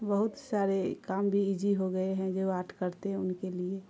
بہت سارے کام بھی ایجی ہو گئے ہیں جو آٹ کرتے ہیں ان کے لیے